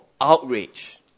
outrage